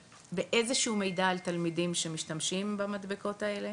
באיזשהו מידע על תלמידים שמשתמשים במדבקות האלה